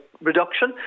reduction